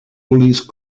police